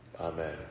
amen